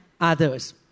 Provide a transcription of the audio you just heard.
others